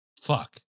fuck